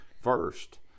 first